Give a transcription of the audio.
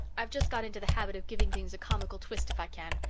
i've just got into the habit of giving things a comical twist if i can,